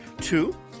two